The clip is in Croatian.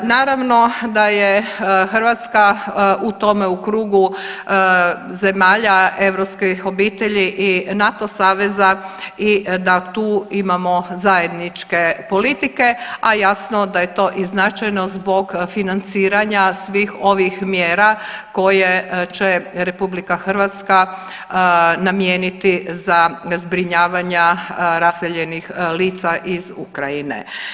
Naravno da je Hrvatska u tome u krugu zemalja europskih obitelji i NATO saveza i da tu imamo zajedničke politike, a jasno da je to i značajno zbog financiranja svih ovih mjera koje će RH namijeniti za zbrinjavanja raseljenih lica iz Ukrajine.